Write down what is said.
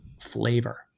flavor